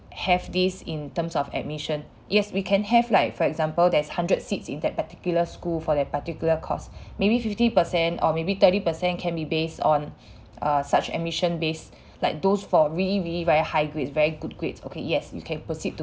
have this in terms of admission yes we can have like for example there's hundred seats in that particular school for that particular course maybe fifty percent or maybe thirty percent can be based on err such admission based like those for really really very high grades very good grades okay yes you can proceed to